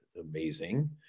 Amazing